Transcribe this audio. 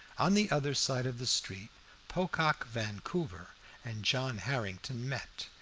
on the other side of the street pocock vancouver and john harrington met,